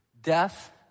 Death